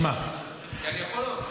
כי אני יכול עוד.